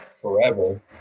forever